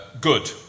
good